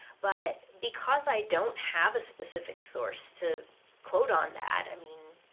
but because i don't have a specific source to quote on that, i mean,